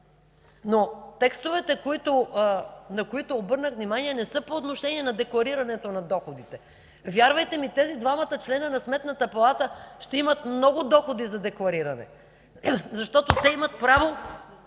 Но текстовете, на които обърнах внимание, не са по отношение декларирането на доходите. Вярвайте ми, тези двамата членове на Сметната палата ще имат много доходи за деклариране, защото те имат право